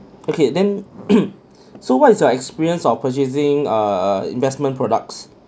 okay then so what is your experience on purchasing a investment products